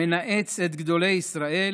המנאץ את גדולי ישראל,